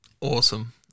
Awesome